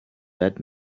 that